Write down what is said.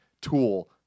tool